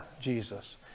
Jesus